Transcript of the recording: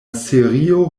serio